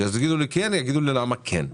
כשיגידו לי כן אז יגידו לי למה כן.